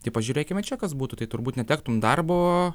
tai pažiūrėkime čia kas būtų tai turbūt netektum darbo